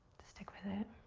to stick with it